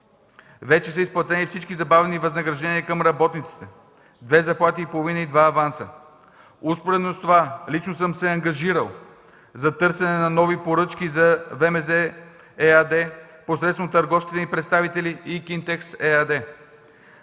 Вече са изплатени всички забавени възнаграждения към работниците – две заплати и половина и два аванса. Успоредно с това лично съм се ангажирал за търсене на нови поръчки за ВМЗ ЕАД посредством търговските ни представители и „Кинтекс” АД.